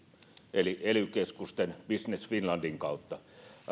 eli ely keskusten ja business finlandin kautta